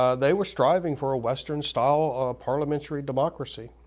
ah they were striving for a western-style parliamentary democracy.